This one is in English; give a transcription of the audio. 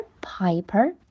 Piper